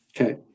Okay